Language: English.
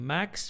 Max